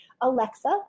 Alexa